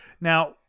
Now